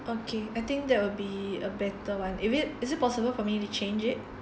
okay I think that will be a better one if it is it possible for me to change it